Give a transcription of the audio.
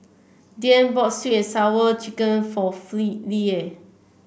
Dane bought sweet and Sour Chicken for free Lela